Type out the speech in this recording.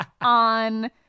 on